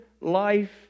life